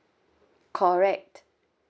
correct